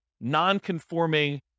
non-conforming